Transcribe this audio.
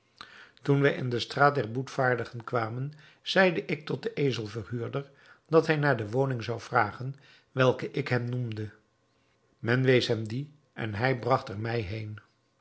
toen wij in de straat der boetvaardigen kwamen zeide ik tot den ezelverhuurder dat hij naar de woning zou vragen welke ik hem noemde men wees hem die en hij bragt er mij heen